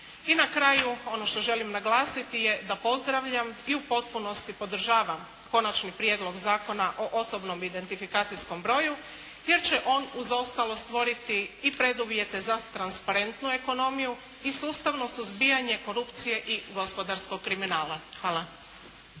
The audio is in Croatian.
I na kraju, ono što želim naglasiti je da pozdravljam i u potpunosti podržavam konačni prijedlog Zakona o osobnom identifikacijskom broju, jer će on, uz ostalo, stvoriti i preduvjete za transparentnu ekonomiju i sustavno suzbijanje korupcije i gospodarskog kriminala. Hvala.